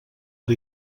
per